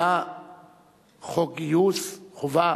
אלא חוק גיוס חובה